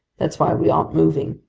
that's why we aren't moving.